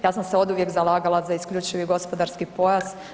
Ja sam se oduvijek zalagala za isključivi gospodarski pojas.